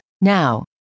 Now